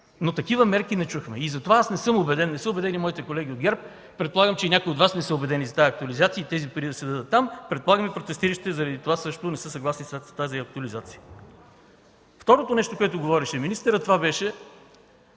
но такива мерки не чухме. И затова аз не съм убеден, не са убедени и моите колеги от ГЕРБ, предполагам, че и някои от Вас не са убедени за тази актуализация тези пари да се дадат там. Предполагам и протестиращите заради това също да не са съгласни с тази актуализация. Второто нещо, което говореше министърът, това беше